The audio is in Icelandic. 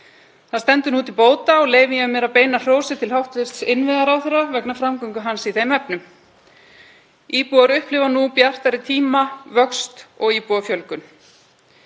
Það stendur nú til bóta og leyfi ég mér að beina hrósi til hæstv. innviðaráðherra vegna framgöngu hans í þeim efnum. Íbúar upplifa nú bjartari tíma, vöxt og íbúafjölgun.